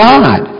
God